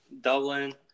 Dublin